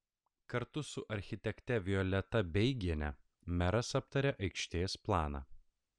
kartu su architekte violeta beigiene meras aptarė aikštės planą